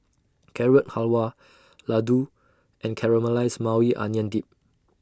Carrot Halwa Ladoo and Caramelized Maui Onion Dip